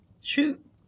Shoot